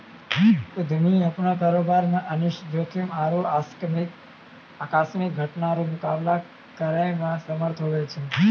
उद्यमी अपनो कारोबार मे अनिष्ट जोखिम आरु आकस्मिक घटना रो मुकाबला करै मे समर्थ हुवै छै